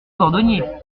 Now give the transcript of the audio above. cordonnier